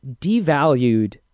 devalued